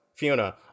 Fiona